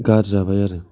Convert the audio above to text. गारजाबाय आरो